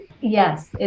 yes